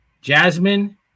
Jasmine